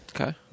Okay